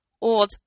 old